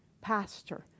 pastor